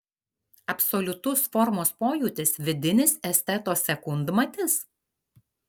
absoliutus formos pojūtis vidinis esteto sekundmatis